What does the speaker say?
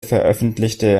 veröffentlichte